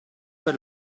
per